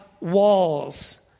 walls